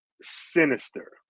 sinister